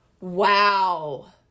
Wow